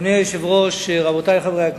אדוני היושב-ראש, רבותי חברי הכנסת,